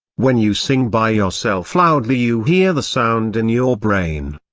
when you sing by yourself loudly you hear the sound in your brain.